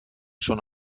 schon